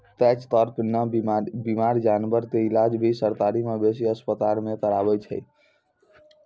catch कार्प नॅ बीमार जानवर के इलाज भी सरकारी मवेशी अस्पताल मॅ करावै छै